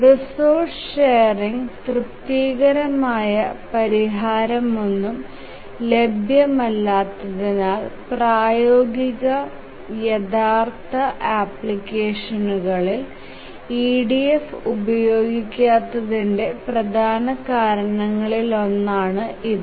resources sharing തൃപ്തികരമായ പരിഹാരമൊന്നും ലഭ്യമല്ലാത്തതിനാൽ പ്രായോഗിക യഥാർത്ഥ ആപ്ലിക്കേഷനുകളിൽ EDF ഉപയോഗിക്കാത്തതിന്റെ പ്രധാന കാരണങ്ങളിലൊന്നാണ് ഇത്